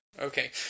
okay